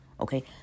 Okay